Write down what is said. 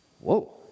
whoa